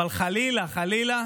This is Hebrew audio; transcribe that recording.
אבל חלילה חלילה